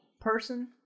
person